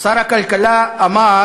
שר הכלכלה אמר